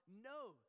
No